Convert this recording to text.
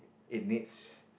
it needs